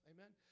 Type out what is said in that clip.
Amen